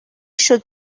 should